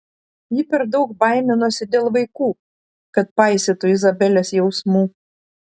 ji per daug baiminosi dėl vaikų kad paisytų izabelės jausmų